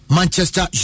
Manchester